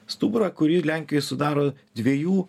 stuburą kurį lenkijoj sudaro dviejų